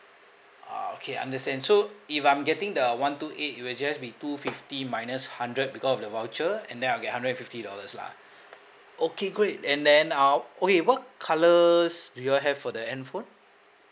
ah okay understand so if I'm getting the one two eight it will just be two fifty minus hundred because of the voucher and then I'll get hundred and fifty dollars lah okay great and then now okay what colours do you all have for the N phone